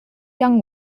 young